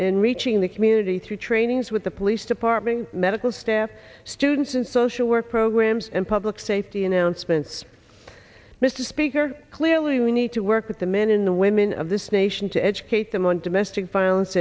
in reaching the community through trainings with the police department medical staff students in social work programs and public safety announcements mr speaker clearly we need to work with the men in the women of this nation to educate them on domestic violence